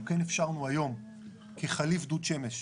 אנחנו כן אפשרנו היום כחליף דוד שמש